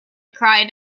cried